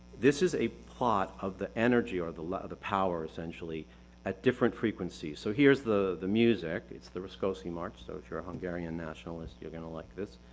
this is a plot of the energy or the the power essentially at different frequencies. so here's the the music, it's the rakoczy march, so it's if you're a hungarian nationalist, you're going to like this.